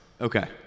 Okay